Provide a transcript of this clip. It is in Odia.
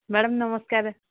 ମ୍ୟାଡମ ନମସ୍କାର